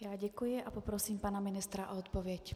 Já děkuji a poprosím pana ministra o odpověď.